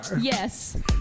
Yes